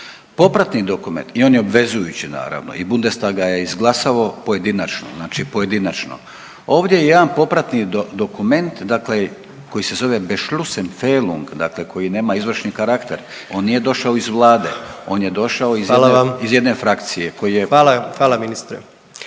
Popratni dokument i on je obvezujući naravno i Bundestag ga je izglasao pojedinačno, znači pojedinačno, ovdje je jedan popratni dokument dakle se zove beschlussen fellung dakle koji nema izvršni karakter, on nije došao iz vlade, on je došao …/Upadica: Hvala vam./…